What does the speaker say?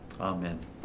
amen